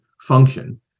function